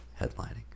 headlining